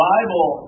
Bible